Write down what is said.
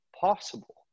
possible